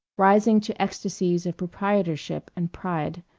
rising to ecstasies of proprietorship and pride.